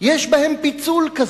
יש בהן פיצול כזה,